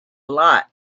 lot